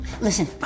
Listen